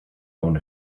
own